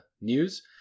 news